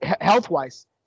health-wise